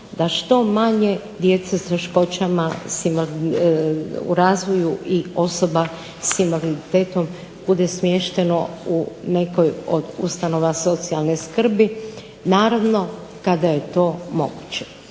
da što manje djece s teškoćama u razvoju i osoba s invaliditetom bude smješten u nekoj od ustanova socijalne skrbi, naravno kada je to moguće.